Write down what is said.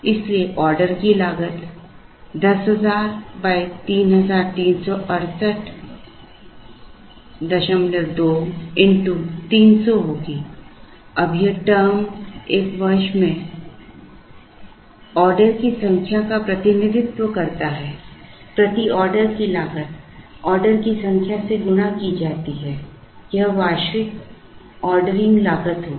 इसलिए ऑर्डर की लागत 10000 63682300 होगी अब यह टर्म एक वर्ष में ऑर्डर की संख्या का प्रतिनिधित्व करता है प्रति ऑर्डर की लागत ऑर्डर की संख्या से गुणा की जाती है यह वार्षिक ऑर्डरिंग लागत होगी